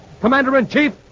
Commander-in-Chief